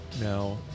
now